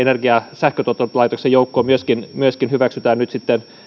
sähköntuotantolaitosten joukkoon myöskin myöskin hyväksytään nyt sitten